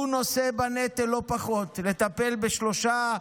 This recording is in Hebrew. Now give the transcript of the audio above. הוא נושא בנטל לא פחות: לטפל בשלושה,